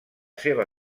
seva